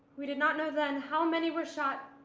we did not know then how many were shot,